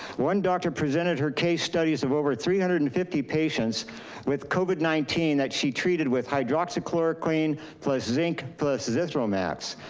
one doctor presented her case studies of over three hundred and fifty patients with covid nineteen that she treated with hydroxychloroquine plus zinc, plus zithromax.